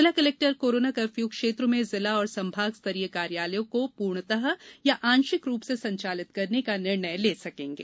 जिला collector corona curfew क्षेत्र में जिला और संभाग स्तरीय कार्यालयों को पूर्णतः या आंशिक रूप से संचालित करने का निर्णय ले सकेंगे